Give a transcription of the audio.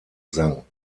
sang